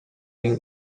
тең